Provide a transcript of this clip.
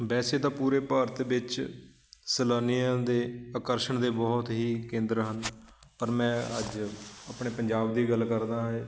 ਵੈਸੇ ਤਾਂ ਪੂਰੇ ਭਾਰਤ ਵਿੱਚ ਸੈਲਾਨੀਆਂ ਦੇ ਆਕਰਸ਼ਣ ਦੇ ਬਹੁਤ ਹੀ ਕੇਂਦਰ ਹਨ ਪਰ ਮੈਂ ਅੱਜ ਆਪਣੇ ਪੰਜਾਬ ਦੀ ਗੱਲ ਕਰਦਾ ਹੈ